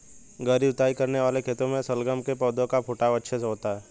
गहरी जुताई वाले खेतों में शलगम के पौधे का फुटाव अच्छे से होता है